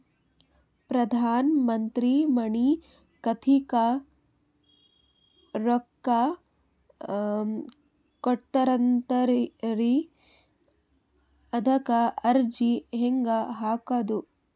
ಪ್ರಧಾನ ಮಂತ್ರಿ ಮನಿ ಕಟ್ಲಿಕ ರೊಕ್ಕ ಕೊಟತಾರಂತಲ್ರಿ, ಅದಕ ಅರ್ಜಿ ಹೆಂಗ ಹಾಕದು?